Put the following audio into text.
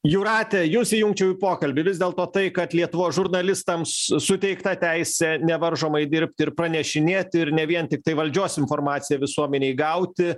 jūrate jūs įjungčiau į pokalbį vis dėlto tai kad lietuvos žurnalistams suteikta teisė nevaržomai dirbti ir pranešinėti ir ne vien tiktai valdžios informaciją visuomenei gauti